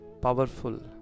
powerful